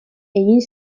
egin